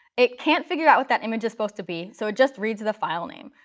it can't figure out that image is supposed to be, so it just reads the file name.